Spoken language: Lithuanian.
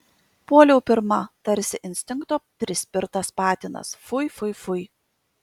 puoliau pirma tarsi instinkto prispirtas patinas fui fui fui